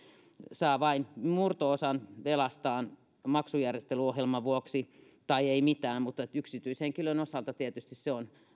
saa vain murto osan velastaan maksujärjestelyohjelman vuoksi tai ei mitään mutta yksityishenkilön osalta tietysti se on